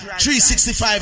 365